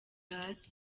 hasi